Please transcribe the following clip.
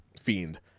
fiend